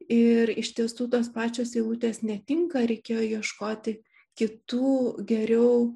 ir iš tiesų tos pačios eilutės netinka reikėjo ieškoti kitų geriau